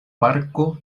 parko